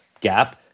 gap